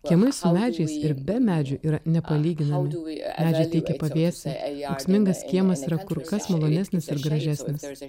kiemai su medžiais ir be medžių yra nepalyginami medžiai teikia pavėsį ūksmingas kiemas yra kur kas malonesnis ir gražesnis